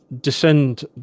descend